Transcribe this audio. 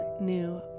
new